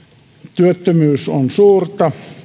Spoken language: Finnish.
työttömyys on suurta